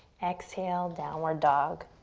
exhale, downward dog.